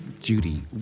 Judy